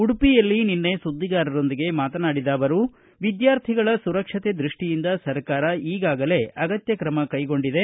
ಉಡುಪಿಯಲ್ಲಿ ನಿನ್ನೆ ಸುದ್ದಿಗಾರರೊಂದಿಗೆ ಮಾತನಾಡಿದ ಆವರು ವಿದ್ಕಾರ್ಥಿಗಳ ಸುರಕ್ಷಕೆ ದೃಷ್ಟಿಯಿಂದ ಸರ್ಕಾರ ಈಗಾಗಲೇ ಅಗತ್ತ ಕ್ರಮ ಕೈಗೊಂಡಿದೆ